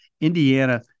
Indiana